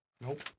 Nope